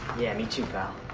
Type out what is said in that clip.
yeah, me too pal.